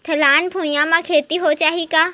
ढलान भुइयां म खेती हो जाही का?